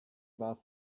war